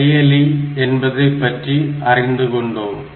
செயலி என்பதைப்பற்றி அறிந்து கொண்டோம்